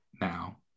now